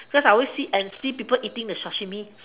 cause I always see and see people eating the sashimi